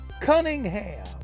Cunningham